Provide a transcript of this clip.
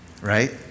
Right